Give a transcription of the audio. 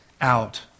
out